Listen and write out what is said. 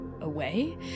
away